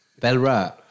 Belra